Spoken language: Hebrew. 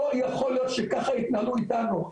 לא יכול להיות שככה יתנהלו איתנו.